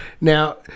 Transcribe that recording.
now